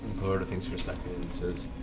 clarota thinks for a second and says,